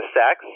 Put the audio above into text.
sex